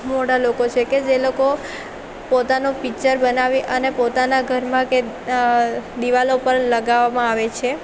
મોટા લોકો છે કે જે લોકો પોતાનો પિક્ચર બનાવી અને પોતાનાં ઘરમાં કે દીવાલો પર લગાવવામાં આવે છે